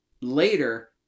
later